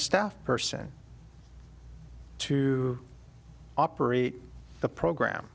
staff person to operate the program